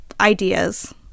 ideas